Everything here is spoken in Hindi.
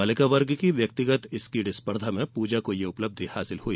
बालिका वर्ग की व्यक्तिगत स्किट स्पर्धा में पूजा को ये उपलब्धि हासिल हुई